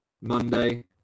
monday